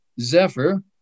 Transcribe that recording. Zephyr